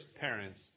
parents